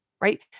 right